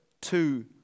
two